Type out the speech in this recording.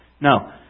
no